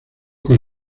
con